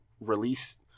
release